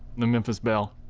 the memphis belle.